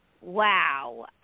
wow